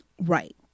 Right